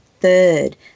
third